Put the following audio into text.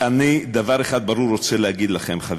אני רוצה להגיד לכם דבר אחד ברור,